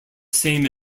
same